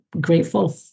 grateful